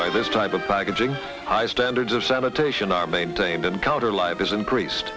by this type of packaging high standards of sanitation are maintained and counter life is increased